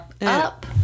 up